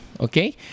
okay